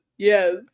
yes